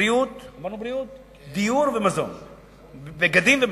דיור, בגדים ומזון.